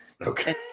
Okay